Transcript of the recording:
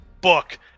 book